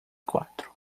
quatro